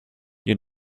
you